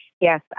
Yes